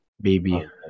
baby